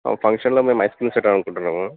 ఒక ఫంక్షన్లో మేము ఐస్ క్రీమ్స్ పెట్టాలనుకుంటున్నాము